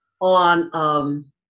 on